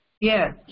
Yes